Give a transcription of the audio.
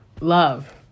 love